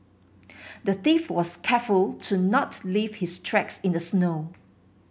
the thief was careful to not leave his tracks in the snow